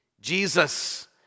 Jesus